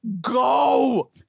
go